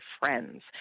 friends